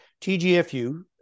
TGFU